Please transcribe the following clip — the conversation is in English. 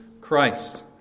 Christ